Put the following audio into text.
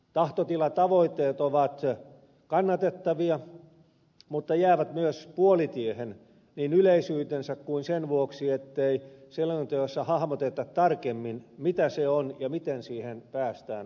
tahtotilatavoitteet ovat kannatettavia mutta jäävät myös puolitiehen niin yleisyytensä kuin sen vuoksi ettei selonteossa hahmoteta tarkemmin mitä se on ja miten siihen päästään osiota